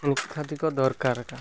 ମୁଖ୍ୟଧିକ ଦରକାର କା